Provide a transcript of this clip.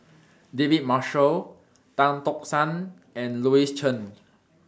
David Marshall Tan Tock San and Louis Chen